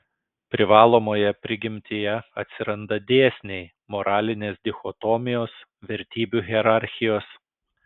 privalomoje prigimtyje atsiranda dėsniai moralinės dichotomijos vertybių hierarchijos